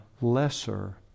lesser